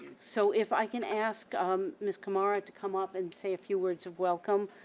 so, if i can ask ms. kamara to come up and say a few words of welcome,